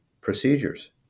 procedures